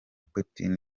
putin